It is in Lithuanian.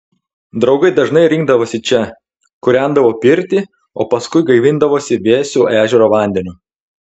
draugai dažnai rinkdavosi čia kūrendavo pirtį o paskui gaivindavosi vėsiu ežero vandeniu